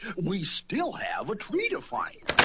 we still have a tree to find!